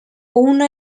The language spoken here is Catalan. una